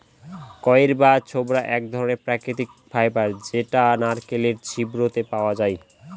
কইর বা ছবড়া এক ধরনের প্রাকৃতিক ফাইবার যেটা নারকেলের ছিবড়েতে পাওয়া যায়